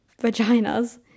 vaginas